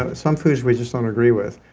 ah some foods we just don't agree with.